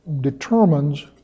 determines